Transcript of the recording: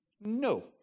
No